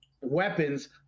weapons